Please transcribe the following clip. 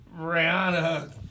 Rihanna